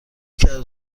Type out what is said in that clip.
کدو